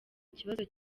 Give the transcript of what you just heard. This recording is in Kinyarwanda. ikibazo